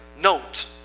note